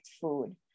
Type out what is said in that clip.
food